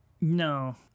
No